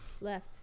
left